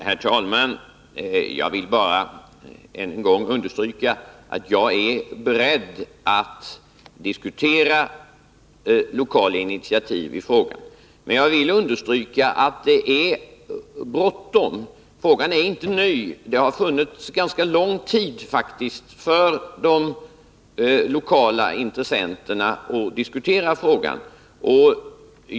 Herr talman! Jag vill bara än en gång understryka att jag är beredd att diskutera lokala initiativ i frågan men också att det är bråttom. Frågan är inte ny, utan det har faktiskt funnits ganska lång tid för de lokala intressenterna att diskutera den.